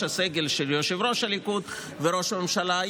הסגל של יושב-ראש הליכוד וראש הממשלה,